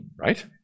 right